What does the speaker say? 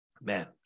Man